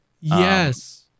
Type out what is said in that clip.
Yes